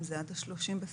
עד כאן.